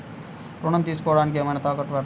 ఋణం తీసుకొనుటానికి ఏమైనా తాకట్టు పెట్టాలా?